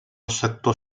sector